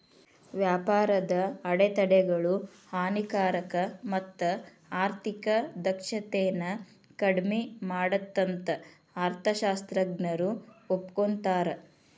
ವ್ಯಾಪಾರದ ಅಡೆತಡೆಗಳು ಹಾನಿಕಾರಕ ಮತ್ತ ಆರ್ಥಿಕ ದಕ್ಷತೆನ ಕಡ್ಮಿ ಮಾಡತ್ತಂತ ಅರ್ಥಶಾಸ್ತ್ರಜ್ಞರು ಒಪ್ಕೋತಾರ